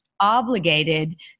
Obligated